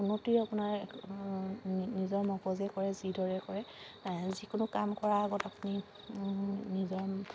উন্নতি আপোনাৰ নিজৰ মগজে কৰে যিদৰে কৰে যিকোনো কাম কৰাৰ আগত আপুনি নিজৰ